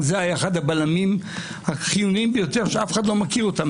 זה היה אחד הבלמים החיוניים ביותר שאף אחד לא מכיר אותם.